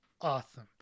awesome